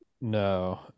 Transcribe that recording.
no